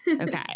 Okay